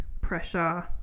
pressure